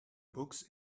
books